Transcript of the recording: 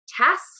tasks